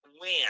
win